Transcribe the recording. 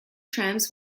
trams